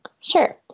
Sure